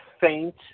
faint